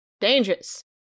Dangerous